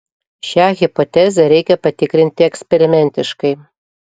šią hipotezę reikia patikrinti eksperimentiškai